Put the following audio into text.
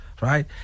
right